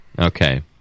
Okay